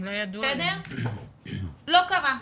לא קרה.